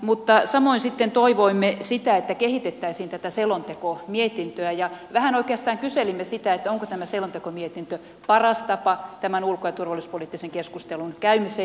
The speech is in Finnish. mutta samoin sitten toivoimme sitä että kehitettäisiin tätä selontekomietintöä ja vähän oikeastaan kyselimme sitä onko tämä selontekomietintö paras tapa tämän ulko ja turvallisuuspoliittisen keskustelun käymiseen